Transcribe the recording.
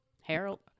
Harold